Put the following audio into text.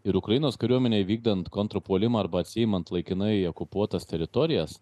ir ukrainos kariuomenei vykdant kontrpuolimą arba atsiimant laikinai okupuotas teritorijas